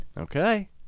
Okay